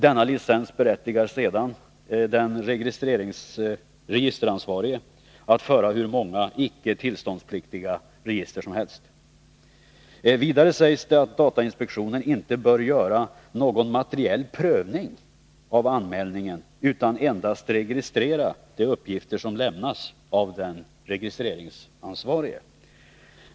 Denna licens berättigar sedan den registeransvarige att föra hur många icke tillståndspliktiga register som helst. Vidare sägs det att datainspektionen inte bör göra ”någon materiell prövning av anmälningen utan endast registrera de uppgifter som lämnas av den registeransvarige”.